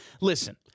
listen